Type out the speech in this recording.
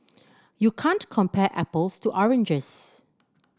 you can't compare apples to oranges